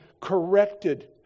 corrected